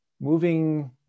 moving